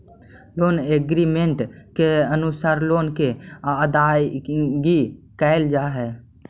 loan agreement के अनुरूप loan के अदायगी कैल जा हई